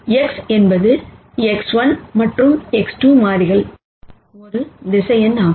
X என்பது X1 மற்றும் X2 மாறிகள் ஒரு வெக்டார் ஆகும்